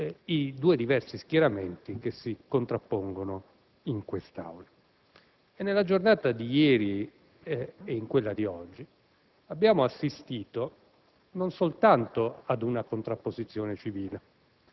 i due diversi schieramenti che si contrappongono in quest'Assemblea. Nella giornata di ieri, e in quella di oggi, abbiamo assistito non soltanto ad una contrapposizione civile,